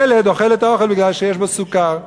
ילד אוכל את האוכל בגלל שיש בו סוכר.